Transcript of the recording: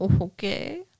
okay